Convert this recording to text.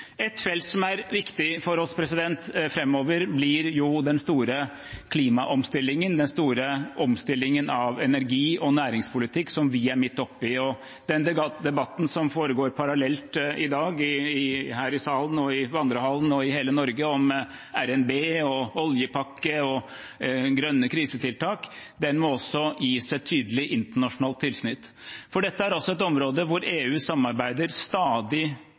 Et felt som blir viktig for oss framover, er den store klimaomstillingen, den store omstillingen av energi- og næringspolitikk som vi er midt oppe i. Den debatten som foregår parallelt i dag her i salen og i vandrehallen og i hele Norge om revidert nasjonalbudsjett, oljepakke og grønne krisetiltak, må også gis et tydelig internasjonalt tilsnitt, for dette er et område hvor EU samarbeider stadig